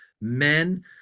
men